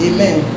Amen